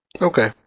Okay